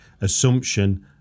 assumption